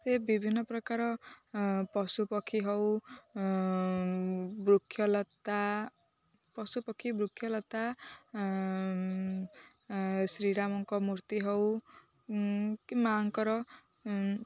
ସେ ବିଭିନ୍ନ ପ୍ରକାର ପଶୁପକ୍ଷୀ ହେଉ ବୃକ୍ଷଲତା ପଶୁପକ୍ଷୀ ବୃକ୍ଷଲତା ଶ୍ରୀରାମଙ୍କ ମୂର୍ତ୍ତି ହେଉ କି ମା ଙ୍କର